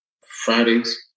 Fridays